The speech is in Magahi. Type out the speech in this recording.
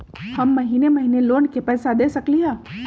हम महिने महिने लोन के पैसा दे सकली ह?